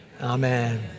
Amen